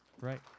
right